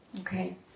Okay